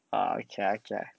uh okay lah okay lah